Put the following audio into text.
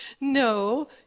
No